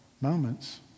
moments